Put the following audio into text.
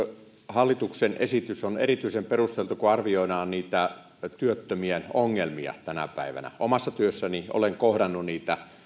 hallituksen esitys on erityisen perusteltu kun arvioidaan työttömien ongelmia tänä päivänä omassa työssäni olen kohdannut niitä ihmisiä jotka